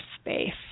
space